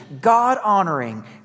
God-honoring